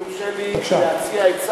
כבוד השר, אם יורשה לי להציע עצה.